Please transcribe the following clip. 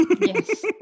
yes